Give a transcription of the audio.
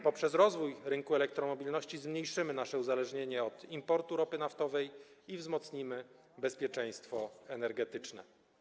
Poprzez rozwój rynku elektromobilności zmniejszymy nasze uzależnienie od importu ropy naftowej i wzmocnimy bezpieczeństwo energetyczne.